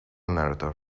narrator